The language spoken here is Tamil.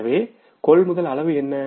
எனவே கொள்முதல் அளவு என்ன